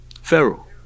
Pharaoh